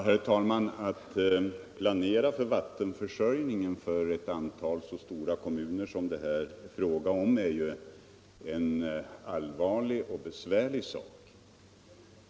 Herr talman! Att planera för vattenförsörjningen för ett antal så stora kommuner som det här är fråga om är en allvarlig och besvärlig sak.